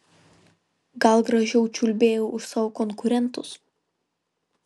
gal gražiau čiulbėjau už savo konkurentus